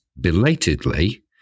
belatedly